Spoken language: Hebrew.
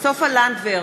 סופה לנדבר,